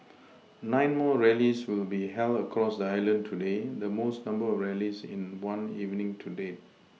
nine more rallies will be held across the island today the most number of rallies in one evening to date